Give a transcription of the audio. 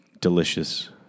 Delicious